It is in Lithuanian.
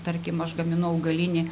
tarkim aš gaminu augalinį